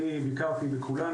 אני ביקרתי בכולן,